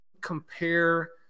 compare